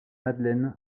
madeleine